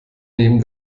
neben